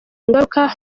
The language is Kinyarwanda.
ingaruka